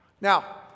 Now